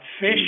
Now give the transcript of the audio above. fish